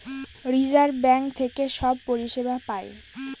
reserve bank থেকে সব পরিষেবা পায়